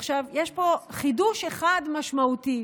עכשיו, יש פה חידוש אחד משמעותי,